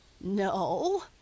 No